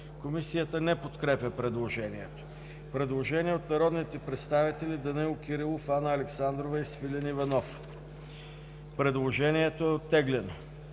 Комисията не подкрепя предложението. Предложение от народните представители Данаил Кирилов, Анна Александрова и Свилен Иванов. Предложението е оттеглено.